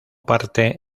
parte